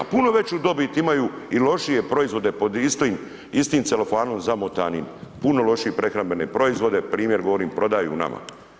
A u puno veću dobit imaju i lošije proizvode pod istim celofanom zamotanim, puno lošije prehrambene proizvode, primjer govorim prodaju nama.